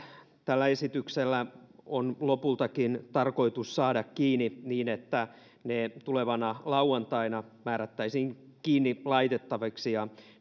tällä esityksellä lopultakin tarkoitus saada kiinni niin että ne tulevana lauantaina määrättäisiin kiinni laitettaviksi ja